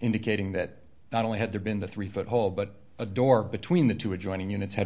indicating that not only had there been the three foot hole but a door between the two adjoining units had